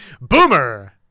Boomer